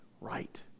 right